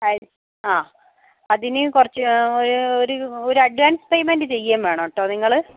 അയ് ആ അതിന് കുറച്ച് ഒരു ഒരു ഒരു അഡ്വാൻസ് പേയ്മെൻ്റ് ചെയ്യുവേം വേണം കേട്ടോ നിങ്ങൾ